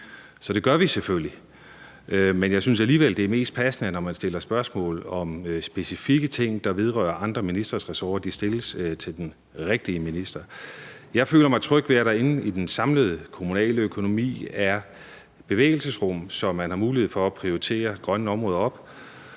Så det gør vi selvfølgelig. Men jeg synes alligevel, det er mest passende, når man stiller spørgsmål om specifikke ting, der vedrører andre ministres ressort, at de stilles til den rigtige minister. Jeg føler mig tryg ved, at der inde i den samlede kommunale økonomi er et bevægelsesrum, så man har mulighed for at opprioritere grønne områder.